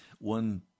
One